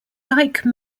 like